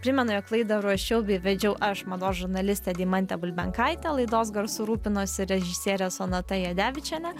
primenu jog laidą ruošiau bei vedžiau aš mados žurnalistė deimantė bulbenkaitė laidos garsu rūpinosi režisierė sonata jadevičienė